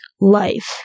life